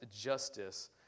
justice